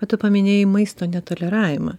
bet tu paminėjai maisto netoleravimą